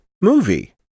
movie